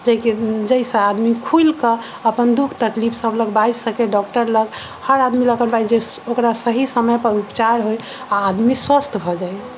जैके जैसे आदमी खुलि के अपन दुःख तकलीफ सब लग बाजि सकय डॉक्टर लग हर आदमी लग ओकरा सही समय पर उपचार होइ आ आदमी स्वस्थ भ जाय